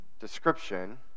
description